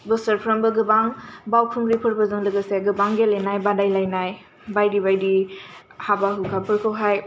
बोसोरफ्रोमबो गोबां बाउखुंग्रि फोरबोजों लोगोसे गोबां गेलेनाय बादायलायनाय बायदि बायदि हाबा हुखा फोरखौहाय